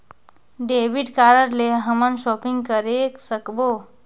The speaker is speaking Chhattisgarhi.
डेबिट कारड ले हमन शॉपिंग करे सकबो?